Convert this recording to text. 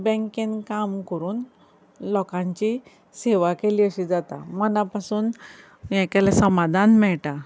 बेंकेन काम करून लोकांची सेवा केली अशें जाता मना पासून हें केल्यार समाधान मेळटा